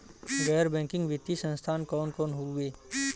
गैर बैकिंग वित्तीय संस्थान कौन कौन हउवे?